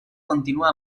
continua